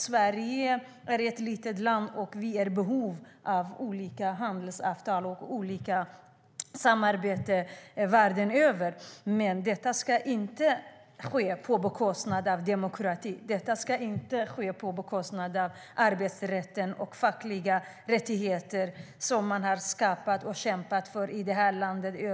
Sverige är ett litet land, och vi är i behov av olika handelsavtal och samarbeten världen över. Detta ska dock inte ske på bekostnad av demokratin eller på bekostnad av arbetsrätten och fackliga rättigheter, som man har kämpat för och skapat i århundraden i det här landet.